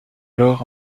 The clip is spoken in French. alors